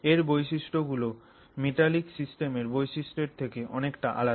এর বৈশিষ্ট্য গুলো মেটালিক সিস্টেমের বৈশিষ্ট্যর থেকে অনেকটা আলাদা